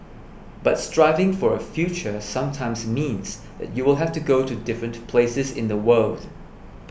but striving for a future sometimes means that you will have to go to different places in the world